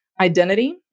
identity